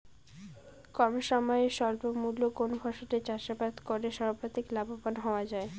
কম সময়ে স্বল্প মূল্যে কোন ফসলের চাষাবাদ করে সর্বাধিক লাভবান হওয়া য়ায়?